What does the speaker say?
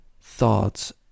thoughts